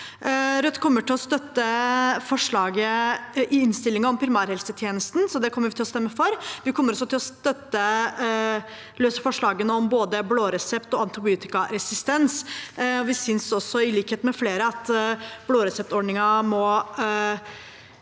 Rødt kommer til å støtte forslaget i innstillingen om primærhelsetjenesten. Det kommer vi til å stemme for. Vi kommer også til å støtte de løse forslagene om blå resept og antibiotikaresistens. Vi synes, i likhet med flere, at blåreseptordningen må